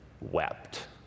wept